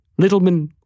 Littleman